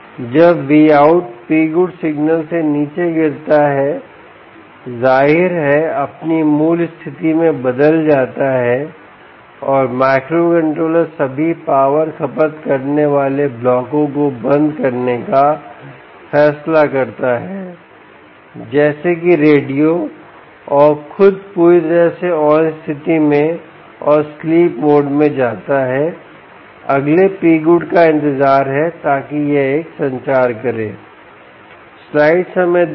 जब Vout Pgood signal से नीचे गिरता है जाहिर है अपनी मूल स्थिति में बदल जाता है और माइक्रोकंट्रोलर सभी पावर खपत करने वाले ब्लॉकों को बंद करने का फैसला करता है जैसे कि रेडियो और खुद पूरी तरह से ऑन स्थिति में और स्लीप मोड में जाता है अगले Pgood का इंतजार है ताकि यह एक संचार करें